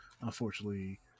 unfortunately